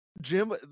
Jim